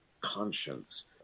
conscience